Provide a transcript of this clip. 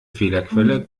fehlerquelle